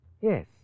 Yes